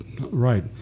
right